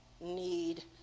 need